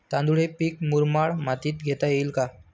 तांदूळ हे पीक मुरमाड मातीत घेता येईल का?